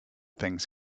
things